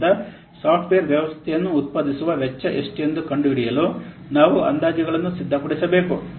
ಆದ್ದರಿಂದ ಸಾಫ್ಟ್ವೇರ್ ವ್ಯವಸ್ಥೆಯನ್ನು ಉತ್ಪಾದಿಸುವ ವೆಚ್ಚ ಎಷ್ಟು ಎಂದು ಕಂಡುಹಿಡಿಯಲು ನಾವು ಅಂದಾಜುಗಳನ್ನು ಸಿದ್ಧಪಡಿಸಬೇಕು